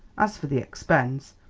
as for the expense,